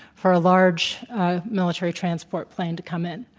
for a large military transport plane to come in.